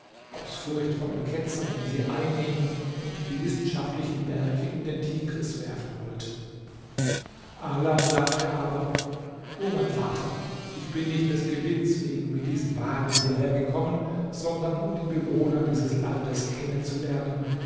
aus furcht vor den ketzern die sie einnehmen und die wissenschaftlichen werke in den tigris werfen wollten ala sagte aber o mein vater ich bin nicht des gewinnes wegen mit diesen waren hierher gekommen sondern um die bewohner dieses landes kennenzulernen